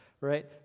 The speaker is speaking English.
Right